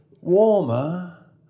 warmer